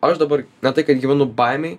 aš dabar ne tai tai kad gyvenu baimėj